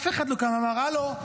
ואף אחד לא קם ואמר: הלו,